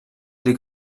dei